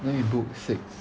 then we book six